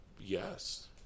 Yes